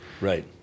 Right